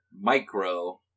Micro